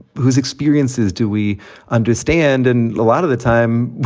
whose experiences do we understand? and lot of the time,